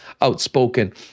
outspoken